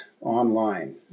online